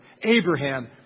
Abraham